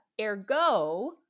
Ergo